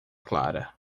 clara